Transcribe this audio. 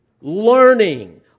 learning